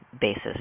basis